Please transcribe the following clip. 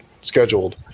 scheduled